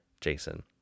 Jason